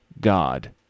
God